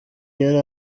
yari